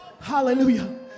hallelujah